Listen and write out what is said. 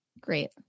Great